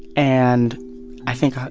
and i think,